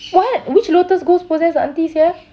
what which lotus ghost possess the aunty sia